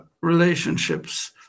relationships